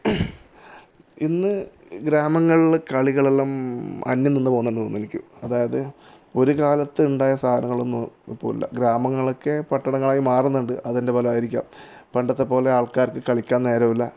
ഇന്ന് ഗ്രാമങ്ങളില് കളികളെല്ലാം അന്യം നിന്നു പോവുന്നുണ്ട് എന്നു തോന്നുന്നു എനിക്ക് അതായത് ഒരുകാലത്ത് ഉണ്ടായ സാധനങ്ങളൊന്നും ഇപ്പോള് ഇല്ല ഗ്രാമങ്ങളൊക്കെ പട്ടണങ്ങളായി മാറുന്നുണ്ട് അതിൻ്റെ ഫലമായിരിക്കാം പണ്ടത്തെപ്പോലെ ആൾക്കാർക്ക് കളിക്കാൻ നേരമില്ല